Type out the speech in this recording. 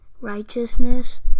righteousness